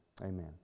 amen